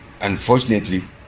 Unfortunately